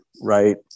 right